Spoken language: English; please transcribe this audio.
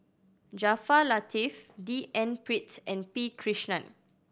Jaafar Latiff D N Pritt and P Krishnan